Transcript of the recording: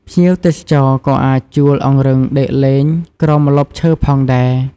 ភ្ញៀវទេសចរក៏អាចជួលអង្រឹងដេកលេងក្រោមម្លប់ឈើផងដែរ។